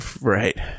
Right